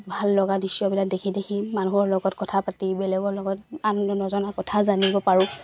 ভাল লগা দৃশ্যবিলাক দেখি দেখি মানুহৰ লগত কথা পাতি বেলেগৰ লগত আন নজনা কথা জানিব পাৰো